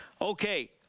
Okay